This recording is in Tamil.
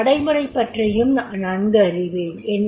நான் நடைமுறை பற்றியும் நன்கு அறிவேன்